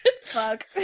Fuck